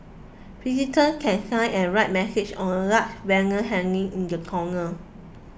visitor can sign and write message on a large banner hanging in the corner